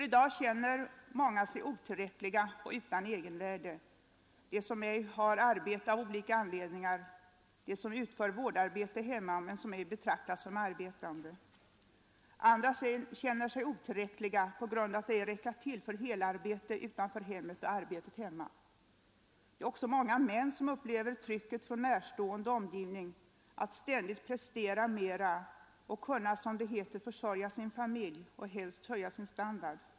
I dag känner många sig otillräckliga och utan egenvärde, t.ex. de som ej har arbete av olika anledningar, de som utför vårdarbete hemma men som inte betraktas som arbetande. Andra känner sig otillräckliga på grund av att de ej räcker till för både heltidsarbete utanför hemmet och arbetet hemma. Det är också många män som upplever trycket från omgivningen att ständigt prestera mera, att kunna, som det heter, försörja sin familj och helst höja sin standard.